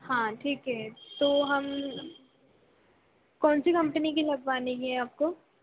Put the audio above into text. हाँ ठीक है तो हम कौनसी कंपनी का लगवाना है आपको